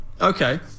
Okay